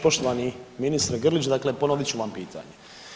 Poštovani ministre Grlić, dakle ponovit ću vam pitanje.